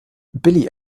billy